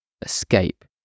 escape